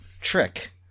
trick